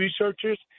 researchers